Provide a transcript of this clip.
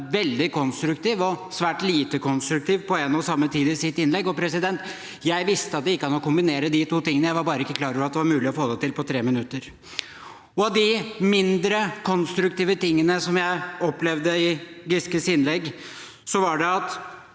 veldig konstruktiv og svært lite konstruktiv på en og samme tid i sitt innlegg. Jeg visste at det gikk an å kombinere de to tingene – jeg var bare ikke klar over at det var mulig å få det til på 3 minutter! Av de mindre konstruktive tingene som jeg opplevde ved Giskes innlegg, var at